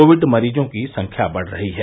Covid मरीजों की संख्या बढ़ रही है